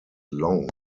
long